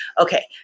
Okay